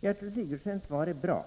Gertrud Sigurdsens svar är bra.